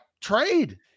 trade